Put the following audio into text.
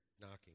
knocking